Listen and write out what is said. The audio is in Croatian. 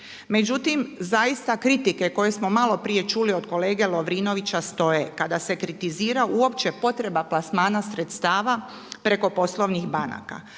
Međutim, zaista kritike koje smo maloprije čuli od kolege Lovrinovića stoje. Kada se kritizira uopće potreba plasmana sredstva preko poslovnih banaka.